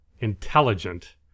intelligent